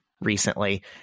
recently